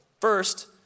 First